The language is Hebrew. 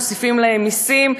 מוסיפים להם מסים,